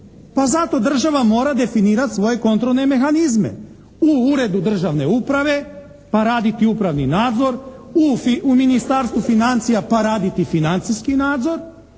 Pa zato država mora definirati svoje kontrolne mehanizme u Uredu državne uprave pa raditi upravni nadzor, u Ministarstvu financija pa raditi financijski nadzor